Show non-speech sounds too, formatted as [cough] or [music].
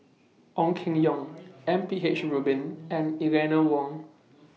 Ong Keng Yong M P H Rubin and Eleanor Wong [noise]